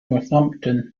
northampton